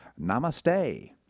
Namaste